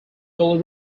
fully